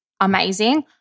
amazing